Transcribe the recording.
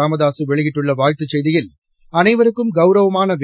ராமதாஸ் வெளியிட்டுள்ள வாழ்த்துச் செய்தியில் அனைவருக்கும் கௌரவமான